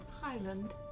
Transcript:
Highland